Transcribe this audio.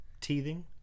teething